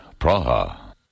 Praha